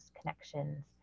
connections